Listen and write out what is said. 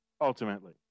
ultimately